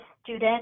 student